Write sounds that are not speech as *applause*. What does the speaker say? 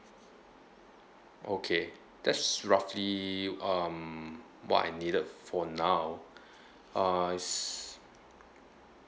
okay that's roughly um what I needed for now *breath* uh *noise*